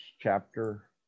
chapter